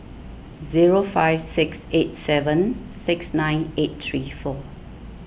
zero five six eight seven six nine eight three four